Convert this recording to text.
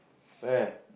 where